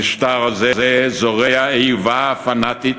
המשטר הזה זורע איבה פנאטית